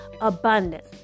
abundance